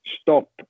stop